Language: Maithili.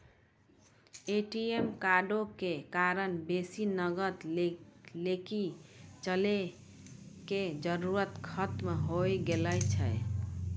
ए.टी.एम कार्डो के कारण बेसी नगद लैके चलै के जरुरत खतम होय गेलो छै